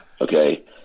Okay